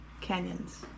Canyons